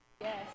yes